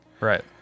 right